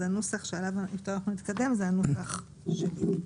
אז הנוסח שאתו אנחנו נתקדם הוא הנוסח שלי.